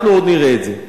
אנחנו עוד נראה את זה.